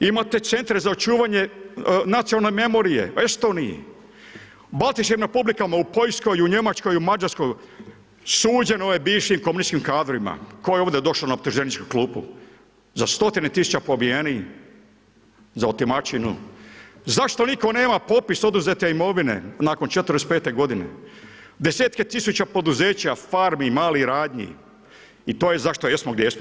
Imate centre za očuvanje nacionalne memorije u Estoniji, baltičkim republikama u Poljskoj, u Njemačkoj u Mađarskoj, suđeno je bivšim komunističkim kadrovima, tko je ovdje došao na optuženiku klupu, za stotinu tisuća pobijeni, za otimačinu, zašto nitko nema popis oduzete imovine nakon '45.g. 10 tisuće poduzeća, farmi malih radnji i to je zašto jesmo gdje jesmo.